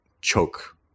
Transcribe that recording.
choke